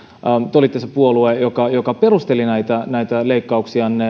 te olitte se puolue joka joka perusteli näitä näitä leikkauksia